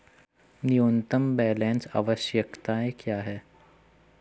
न्यूनतम बैलेंस आवश्यकताएं क्या हैं?